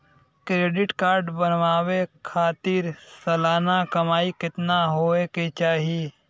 Credit card बनवावे खातिर सालाना कमाई कितना होए के चाही?